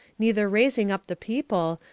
neither raising up the people,